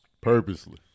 Purposely